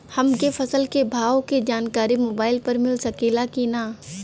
हमके फसल के भाव के जानकारी मोबाइल पर मिल सकेला की ना?